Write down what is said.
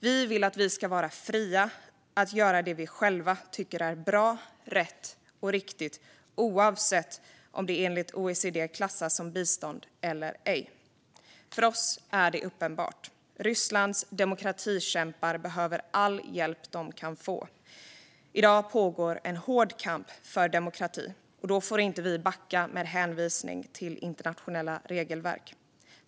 Vi vill att Sverige ska vara fritt att göra det Sverige självt tycker är bra, rätt och riktigt, oavsett om det enligt OECD klassas som bistånd eller ej. För oss är det uppenbart: Rysslands demokratikämpar behöver all hjälp de kan få. I dag pågår en hård kamp för demokrati, och då får Sverige inte backa med hänvisning till internationella regelverk.